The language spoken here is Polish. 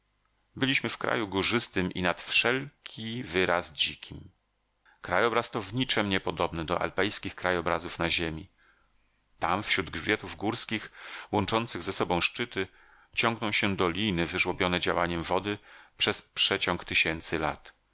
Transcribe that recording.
byliśmy w kraju górzystym i nad wszelki wyraz dzikim krajobraz to w niczem niepodobny do alpejskich krajobrazów na ziemi tam wśród grzbietów górskich łączących ze sobą szczyty ciągną się doliny wyżłobione działaniem wody przez przeciąg tysięcy lat